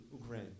Ukraine